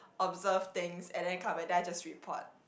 observe things and then come back then I just report